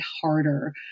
harder